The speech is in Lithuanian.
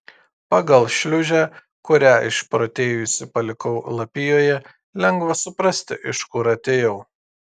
pagal šliūžę kurią išprotėjusi palikau lapijoje lengva suprasti iš kur atėjau